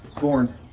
born